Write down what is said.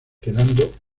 quedando